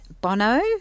Bono